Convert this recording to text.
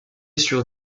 sur